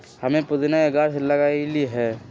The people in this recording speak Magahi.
हम्मे पुदीना के गाछ लगईली है